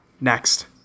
Next